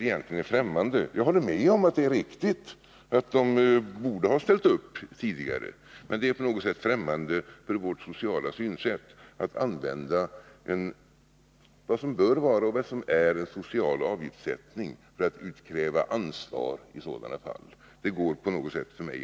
Jag håller med om att det är riktigt att de borde ha ställt upp tidigare, men det är främmande för vårt sociala synsätt att använda vad som bör vara och vad som är en social avgiftssättning till att utkräva ansvar för detta. Det går inte riktigt ihop för mig.